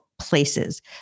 places